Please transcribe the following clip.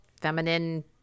feminine